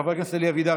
חבר הכנסת אלי אבידר,